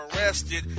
arrested